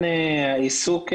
אני פותח את הוועדה בנושא התעריפים